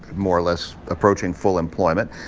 more or less, approaching full employment.